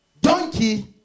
donkey